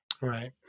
Right